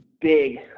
big